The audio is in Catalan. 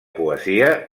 poesia